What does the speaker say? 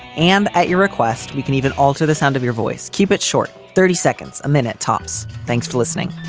and at your request we can even alter the sound of your voice. keep it short. thirty seconds a minute, tops. thanks for listening